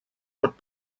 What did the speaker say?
pot